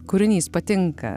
kūrinys patinka